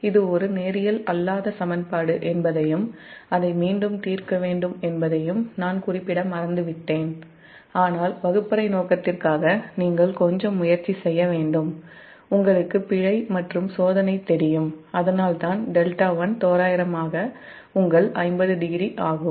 இது ஒரு நேரியல் அல்லாத சமன்பாடு என்பதையும் அதை மீண்டும் தீர்க்க வேண்டும் என்பதையும் நான் குறிப்பிட மறந்துவிட்டேன் ஆனால் வகுப்பறை நோக்கத்திற்காக நீங்கள் கொஞ்சம் முயற்சி செய்ய வேண்டும் உங்களுக்கு பிழை மற்றும் சோதனை தெரியும் அதனால்தான் δ1 தோராயமாக 500 ஆகும்